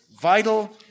vital